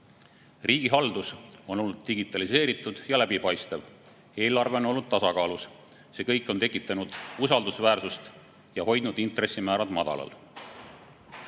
Riigihaldus on olnud digitaliseeritud ja läbipaistev. Eelarve on olnud tasakaalus. See kõik on tekitanud usaldusväärsust ja hoidnud intressimäärad madalal. Olukord